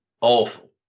awful